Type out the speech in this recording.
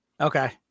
Okay